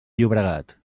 llobregat